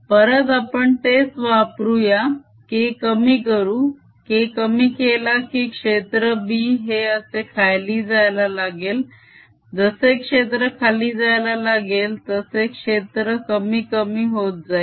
परत आपण तेच वापरूया K कमी करू K कमी केला की क्षेत्र B हे असे खाली जायला लागेल जसे क्षेत्र खाली जायला लागेल तसे क्षेत्र कमी कमी होत जाईल